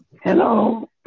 Hello